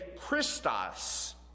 Christos